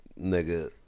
nigga